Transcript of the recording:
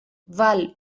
val